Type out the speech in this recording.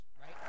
right